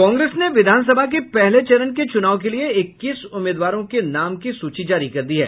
कांग्रेस ने विधान सभा के पहले चरण के चुनाव के लिए इक्कीस उम्मीदवारों के नाम की सूची जारी कर दी है